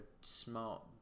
smart